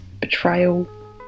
betrayal